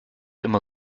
immer